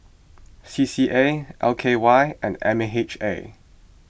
C C A L K Y and M H A